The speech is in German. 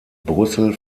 brüssel